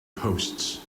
posts